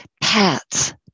pets